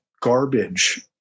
garbage